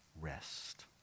rest